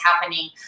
happening